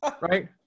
Right